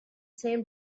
same